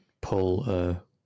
pull